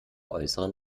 äußeren